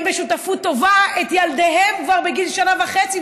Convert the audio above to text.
בשותפות טובה את ילדיהם כבר בגיל שנה וחצי,